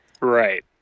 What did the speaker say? right